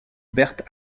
berthe